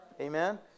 Amen